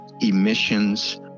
emissions